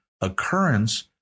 occurrence